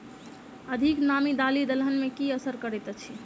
अधिक नामी दालि दलहन मे की असर करैत अछि?